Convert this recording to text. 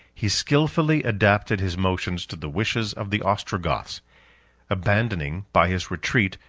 he skilfully adapted his motions to the wishes of the ostrogoths abandoning, by his retreat,